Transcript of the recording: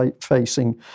facing